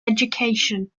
education